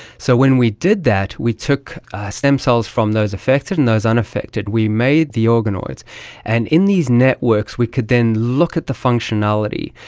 so when we did that we took stem cells from those affected and those unaffected, we made the organoids and in these networks we could then look at the functionality.